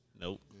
Nope